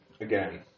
Again